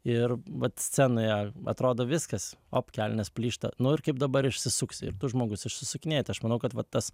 ir vat scenoje atrodo viskas op kelnės plyšta nu ir kaip dabar išsisuksi ir tu žmogus išsisukinėji tai aš manau kad va tas